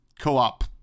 co-op